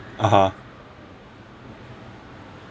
(uh huh)